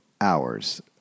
hours